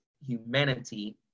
humanity